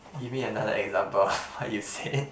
give me another example of what you said